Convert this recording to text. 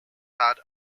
had